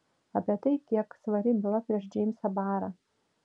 apie tai kiek svari byla prieš džeimsą barą